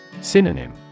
Synonym